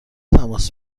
تماس